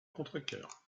contrecœur